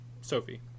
Sophie